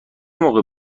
موقع